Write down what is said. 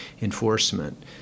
enforcement